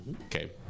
Okay